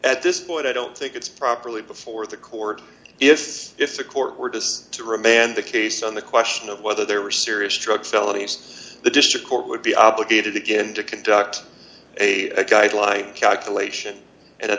at this point i don't think it's properly before the court if it's if the court were just to remand the case on the question of whether there were serious drug felonies the district court would be obligated again to conduct a guideline calculation and at